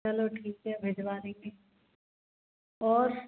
चलो ठीक है भिजवा देंगे और